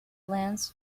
plans